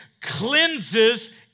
cleanses